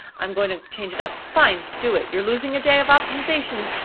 i'm going to change it up, fine, do it, you're losing a day of optimization,